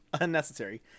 unnecessary